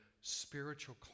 spiritual